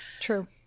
True